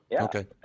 okay